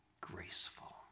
graceful